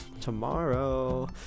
tomorrow